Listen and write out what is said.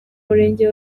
murenge